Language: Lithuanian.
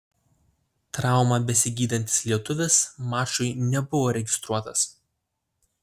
traumą besigydantis lietuvis mačui nebuvo registruotas